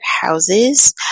houses